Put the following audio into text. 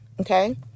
Okay